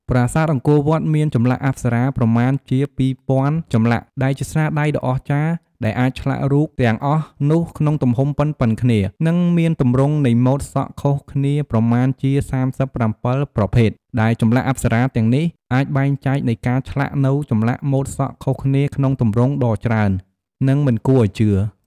ប្រាសាទអង្គរវត្ត មានចម្លាក់អប្សរាប្រមាណជា ២,០០០ ចម្លាក់ដែលជាស្នាដៃដ៏អស្ចារ្យ ដែលអាចឆ្លាក់រូបទាំងអស់នោះក្នុងទំហំប៉ុនៗគ្នា និងមានទម្រង់នៃមូដសក់ខុសគ្នាប្រមាណជា ៣៧ ប្រភេទ ដែលចម្លាក់អប្សារាទាំងនេះអាចបែងចែកនៃការឆ្លាក់នូវចម្លាក់មូដសក់ខុសគ្នាក្នុងទម្រង់ដ៏ច្រើននិងមិនគួរឱ្យជឿ ។